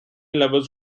levels